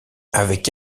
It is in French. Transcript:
avec